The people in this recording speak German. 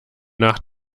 nach